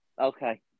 Okay